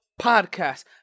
Podcast